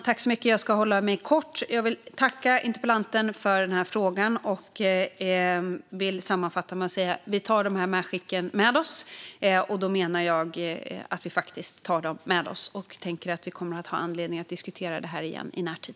Fru talman! Jag ska hålla mig kort. Jag vill tacka interpellanten för frågan, och jag vill sammanfatta med att säga: Vi tar dessa medskick med oss, och då menar jag att vi faktiskt tar dem med oss. Jag tänker att vi kommer att ha anledning att diskutera detta igen i närtid.